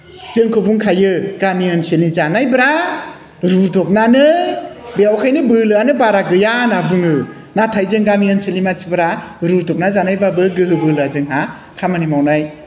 जोंखौ बुंखायो गामि ओनसोलनि जानायफोरा रुदबनानै बेखायनो बोलोआनो बारा गैया होनना बुङो नाथाय जों गामि ओनसोलनि मानसिफोरा रुदबना जानायबाबो गोहो बोलोआ जोंहा खामानि मावनाय